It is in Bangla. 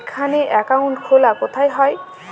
এখানে অ্যাকাউন্ট খোলা কোথায় হয়?